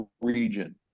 region